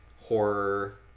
horror